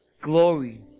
glory